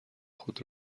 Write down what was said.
خود